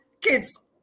kids